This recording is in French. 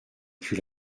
plus